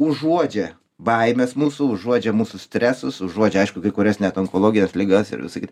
užuodžia baimes mūsų užuodžia mūsų stresus užuodžia aišku kai kurias net onkologines ligas ir sakyt